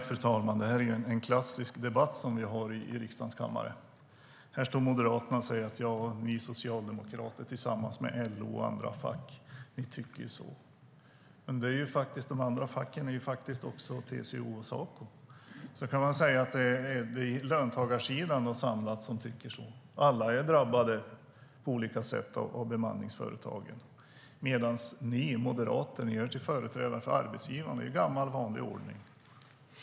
Fru talman! Det är en klassisk debatt som vi har i riksdagens kammare. Här står Moderaterna och säger: Ja, ni socialdemokrater tillsammans med LO och andra fack tycker så här. Men de andra facken är faktiskt också TCO och Saco. Så man kan säga att det är den samlade löntagarsidan som tycker så. Alla är drabbade på olika sätt av bemanningsföretagen. Men ni moderater gör er till företrädare för arbetsgivarna, i gammal vanlig ordning.